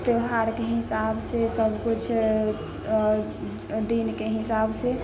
त्योहारके हिसाबसँ सबकिछु दिनके हिसाबसँ